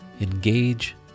Engage